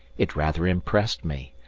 it rather impressed me,